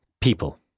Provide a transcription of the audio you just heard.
PEOPLE